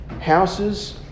houses